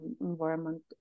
environment